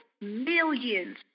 millions